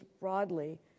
broadly